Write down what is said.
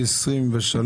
בוקר טוב לכולם,